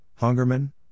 Hungerman